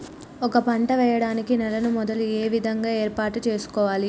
ఒక పంట వెయ్యడానికి నేలను మొదలు ఏ విధంగా ఏర్పాటు చేసుకోవాలి?